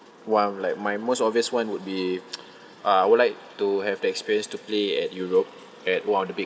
one of like my most obvious one would be uh I would like to have the experience to play at europe at one of the big